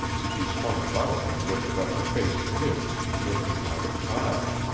she swung about and lifted up her face to his, listening like a child.